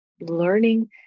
learning